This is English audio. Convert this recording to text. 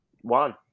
one